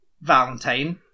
Valentine